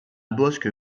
bosc